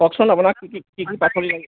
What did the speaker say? কওকচোন আপোনাক কি কি কি কি পাচলি লাগিব